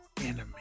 enemy